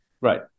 Right